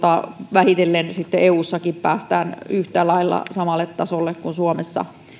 vähitellen sitten eussa päästään yhtä lailla samalle tasolle kuin suomessa